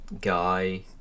guy